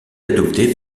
adopté